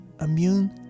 immune